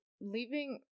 leaving